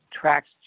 tracks